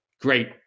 Great